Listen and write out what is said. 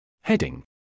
Heading